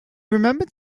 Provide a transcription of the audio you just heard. remembered